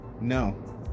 no